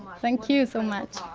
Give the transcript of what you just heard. thank you so much,